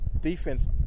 defense